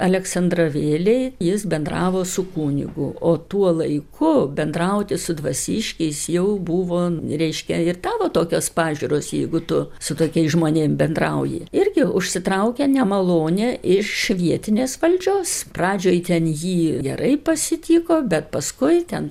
aleksandravėlėj jis bendravo su kunigu o tuo laiku bendrauti su dvasiškiais jau buvo reiškia ir tavo tokios pažiūros jeigu tu su tokiais žmonėms bendrauji irgi užsitraukė nemalonę iš vietinės valdžios pradžioj ten jį gerai pasitiko bet paskui ten